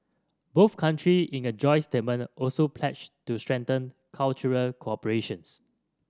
both countries in a joint statement also pledged to strengthen cultural cooperation's